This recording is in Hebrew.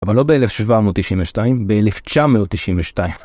אבל לא ב-1792, ב-1992.